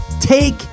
Take